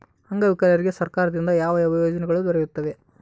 ಅಂಗವಿಕಲರಿಗೆ ಸರ್ಕಾರದಿಂದ ಯಾವ ಯಾವ ಯೋಜನೆಗಳು ದೊರೆಯುತ್ತವೆ?